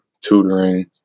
tutoring